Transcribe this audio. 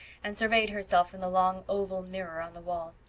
and surveyed herself in the long oval mirror on the wall.